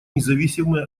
независимые